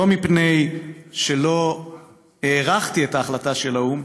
לא מפני שלא הערכתי את ההחלטה של האו"ם,